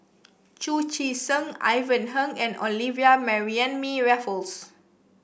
Chu Chee Seng Ivan Heng and Olivia Mariamne Raffles